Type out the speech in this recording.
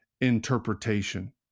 interpretation